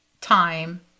time